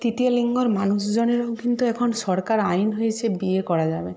তৃতীয় লিঙ্গর মানুষজনেরও কিন্তু এখন সরকার আইন হয়েছে বিয়ে করা যাবে